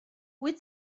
wyt